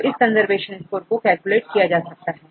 तो दूसरा conservation score calculate कर सकते हैं